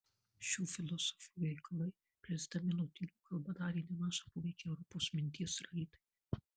šių filosofų veikalai plisdami lotynų kalba darė nemažą poveikį europos minties raidai